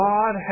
God